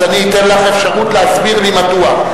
אתן לך אפשרות להסביר לי מדוע.